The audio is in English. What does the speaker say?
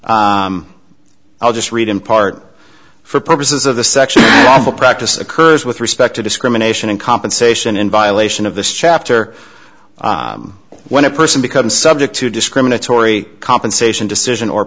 i'll just read in part for purposes of the section the practice occurs with respect to discrimination and compensation in violation of the shaft or when a person becomes subject to discriminatory compensation decision or